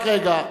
רק רגע.